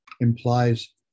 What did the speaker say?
implies